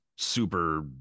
super